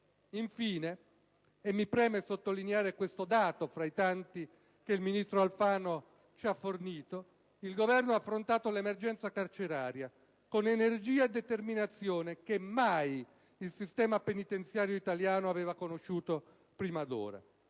Infine - e mi preme sottolineare questo dato tra i tanti che il ministro Alfano ci ha fornito - il Governo ha affrontato l'emergenza carceraria con una energia e una determinazione che mai il sistema penitenziario italiano aveva conosciuto prima d'ora.